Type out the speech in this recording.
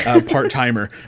part-timer